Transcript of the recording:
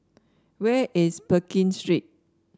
where is Pekin Street